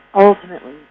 ultimately